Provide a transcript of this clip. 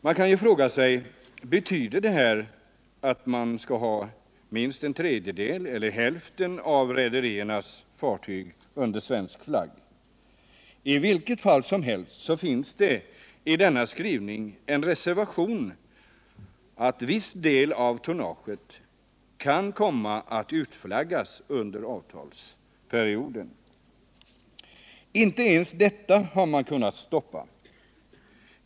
Man kan fråga sig: Betyder den här skrivningen att rederierna skall ha minst en tredjedel eller hälften av fartygen under svensk flagg? I vilket fall som helst finns det i denna skrivning en reservation om att viss del av tonnaget kan komma att utflaggas under avtalsperioden. Inte ens detta har man kunnat stoppa.